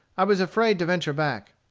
i was afraid to venture back.